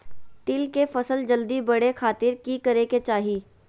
तिल के फसल जल्दी बड़े खातिर की करे के चाही?